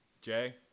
Jay